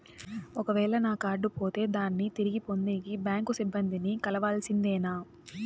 ఒక వేల నా కార్డు పోతే దాన్ని తిరిగి పొందేకి, బ్యాంకు సిబ్బంది ని కలవాల్సిందేనా?